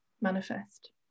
manifest